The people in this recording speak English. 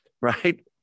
Right